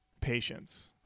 Patience